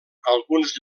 alguns